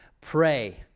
Pray